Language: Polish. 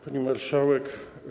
Pani Marszałek!